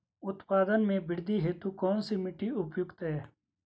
उत्पादन में वृद्धि हेतु कौन सी मिट्टी उपयुक्त है?